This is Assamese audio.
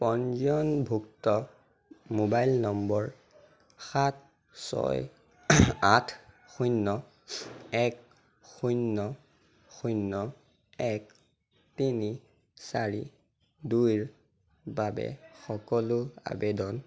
পঞ্জীয়নভুক্ত মোবাইল নম্বৰ সাত ছয় আঠ শূন্য এক শূন্য শূন্য এক তিনি চাৰি দুইৰ বাবে সকলো আবেদন